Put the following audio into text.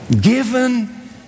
Given